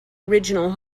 original